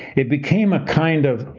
it became a kind of,